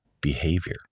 behavior